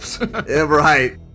Right